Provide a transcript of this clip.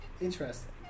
interesting